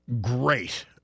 great